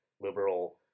liberal